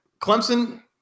Clemson